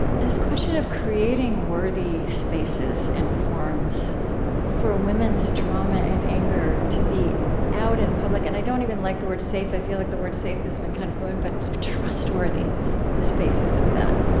this question of creating worthy spaces and forms for women's trauma and anger to be out in public. and i don't even like the word safe i feel like the word safe has been kind of ruined but trustworthy spaces for that.